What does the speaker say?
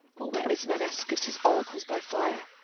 or where ismenus gives his oracles by fire.